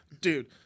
dude